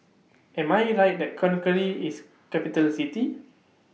Am I Right that Conakry IS Capital City